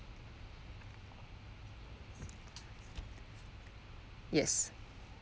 yes